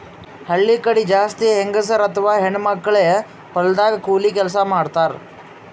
ಹಳ್ಳಿ ಕಡಿ ಜಾಸ್ತಿ ಹೆಂಗಸರ್ ಅಥವಾ ಹೆಣ್ಣ್ ಮಕ್ಕಳೇ ಹೊಲದಾಗ್ ಕೂಲಿ ಕೆಲ್ಸ್ ಮಾಡ್ತಾರ್